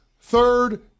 third